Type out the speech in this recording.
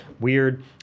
weird